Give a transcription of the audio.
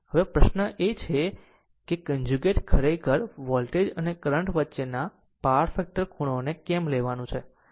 હવે સવાલ એ છે કે કન્જુગેટ ખરેખર વોલ્ટેજ અને કરંટ વચ્ચેના પાવર ફેક્ટર ખૂણોને કેમ લેવાનું છે